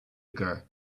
ago